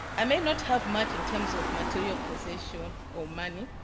i may not have much in terms of material possession or money,